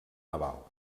naval